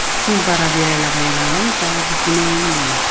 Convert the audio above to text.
जों बारा बेरायला बाया नालाय दा बिदिनो उन्दै